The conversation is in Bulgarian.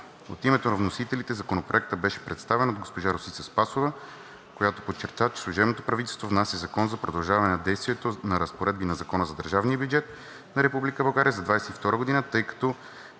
От името на вносителите Законопроектът беше представен от госпожа Росица Спасова, която подчерта, че служебното правителство внася Закона за продължаване действието на разпоредби на Закона за държавния бюджет на Република България за 2022 г., тъй като